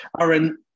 Aaron